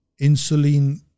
insulin